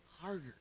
harder